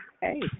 hey